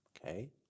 Okay